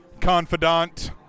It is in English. confidant